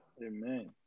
Amen